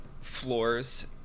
floors